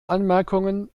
anmerkungen